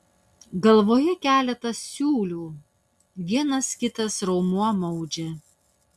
galvoje keletas siūlių vienas kitas raumuo maudžia